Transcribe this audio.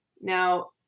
Now